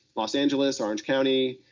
los angeles, orange county,